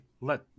let